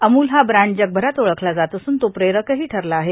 अमूल हा ब्रान्ड जगभरात ओळखला जात असून तो प्रेरकहो ठरला आहे